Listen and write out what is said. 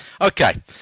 Okay